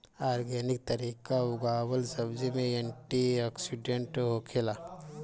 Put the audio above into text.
organic तरीका उगावल सब्जी में एंटी ओक्सिडेंट होखेला